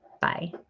bye